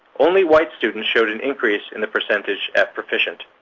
only white students showed an increase in the percentage at proficient.